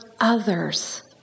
others